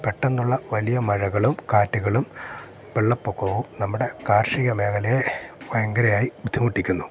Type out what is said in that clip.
പെട്ടന്നുള്ള വലിയ മഴകളും കാറ്റ്കളും വെള്ളപൊക്കവും നമ്മുടെ കാർഷിക മേഖലയെ ഭയങ്കരമായി ബുദ്ധിമുട്ടിക്കുന്നു